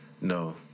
No